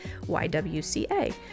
YWCA